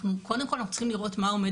קודם כל אנחנו צריכים לראות מה עומד